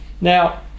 Now